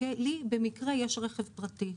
לי במקרה יש רכב פרטי.